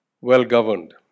well-governed